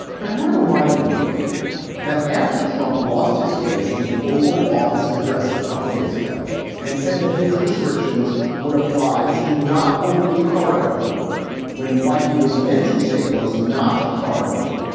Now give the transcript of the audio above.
but i want to remind everyone that after trump lost his place in the oval office address of a couple of days ago and said that his restrictions would apply to not only cargo when what he was meant to say was not cargo,